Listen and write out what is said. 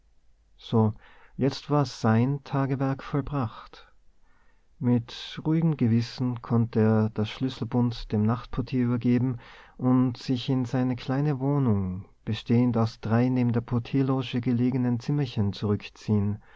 so jetzt war sein tagewerk vollbracht mit ruhigem gewissen konnte er das schlüsselbund dem nachtportier übergeben und sich in seine kleine wohnung bestehend aus drei neben der portierloge gelegenen zimmerchen zurückziehen